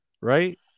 Right